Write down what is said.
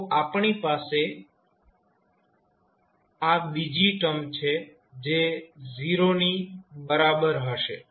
તો આપણી પાસે આ બીજી ટર્મ છે જે 0 ની બરાબર હશે